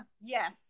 Yes